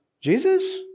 Jesus